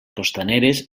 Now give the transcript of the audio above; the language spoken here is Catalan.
costaneres